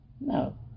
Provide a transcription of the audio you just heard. No